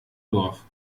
dorf